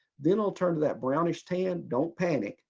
then it'll turn to that brownish tan. don't panic.